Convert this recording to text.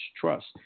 trust